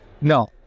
No